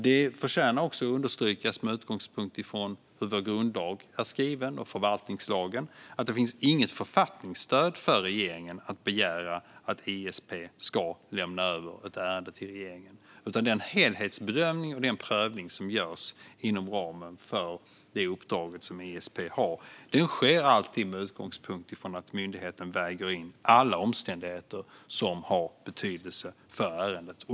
Det förtjänar också att understrykas med utgångspunkt i hur vår grundlag och förvaltningslagen är skriven att det inte finns något författningsstöd för regeringen att begära att ISP ska lämna över ett ärende till regeringen. Den helhetsbedömning och den prövning som görs inom ramen för det uppdrag som ISP har sker alltid med utgångspunkt i att myndigheten väger in alla omständigheter som har betydelse för ärendet.